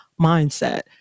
mindset